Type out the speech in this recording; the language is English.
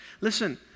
Listen